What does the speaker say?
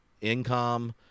income